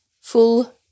full